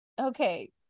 Okay